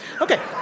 Okay